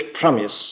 promise